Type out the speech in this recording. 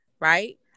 Right